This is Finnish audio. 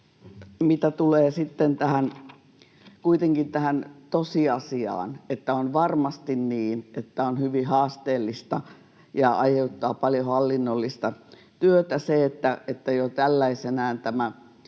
Mitä tulee kuitenkin tähän tosiasiaan, on varmasti niin, että on hyvin haasteellista ja aiheuttaa paljon hallinnollista työtä, että jo tällaisenaan tämä